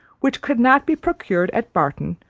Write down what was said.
which could not be procured at barton,